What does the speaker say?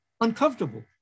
uncomfortable